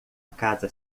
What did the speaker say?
casa